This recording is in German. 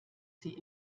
sie